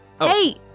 Hey